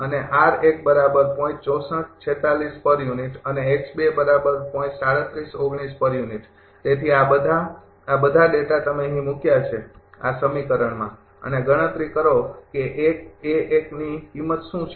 અને અને તેથી આ બધા આ બધા ડેટા તમે અહીં મૂક્યા છે આ સમીકરણમાં અને ગણતરી કરો કે ની કિંમત શું છે